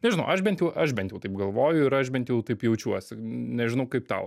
nežinau aš bent jau aš bent jau taip galvoju ir aš bent jau taip jaučiuosi nežinau kaip tau